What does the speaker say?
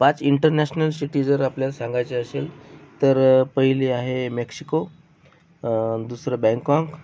पाच international city जर आपल्याला सांगायचे असेल तर पहिली आहे मॅक्शिको दुसरं बँकाँक